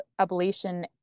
ablation